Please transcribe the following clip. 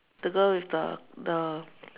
the girl with the the